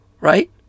right